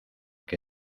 que